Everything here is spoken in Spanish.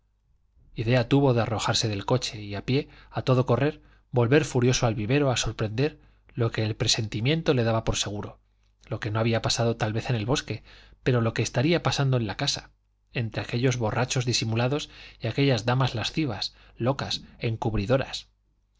idea tuvo de arrojarse del coche y a pie a todo correr volver furioso al vivero a sorprender lo que el presentimiento le daba por seguro lo que no había pasado tal vez en el bosque pero lo que estaría pasando en la casa entre aquellos borrachos disimulados y aquellas damas lascivas locas y encubridoras